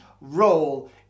role